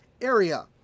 area